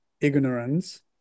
ignorance